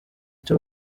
cyo